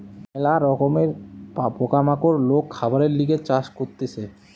ম্যালা রকমের পোকা মাকড় লোক খাবারের লিগে চাষ করতিছে